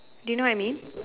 do you know I mean